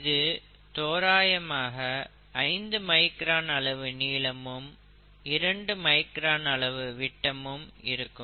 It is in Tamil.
இது தோராயமாக ஐந்து மைக்ரான் அளவு நீளமும் இரண்டு மைக்ரான் அளவு விட்டம் இருக்கும்